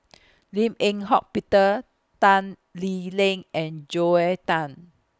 Lim Eng Hock Peter Tan Lee Leng and Joel Tan